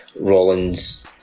Rollins